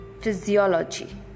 physiology